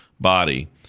body